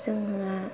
जोंना